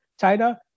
China